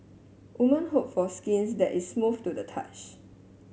woman hope for skins that is to the touch